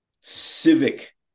civic